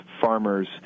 farmers